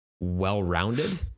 well-rounded